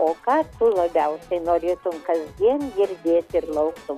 o ką labiausiai norėtum kasdien girdėti ir lauktum